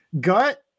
Gut